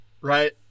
right